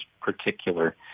particular